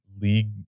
league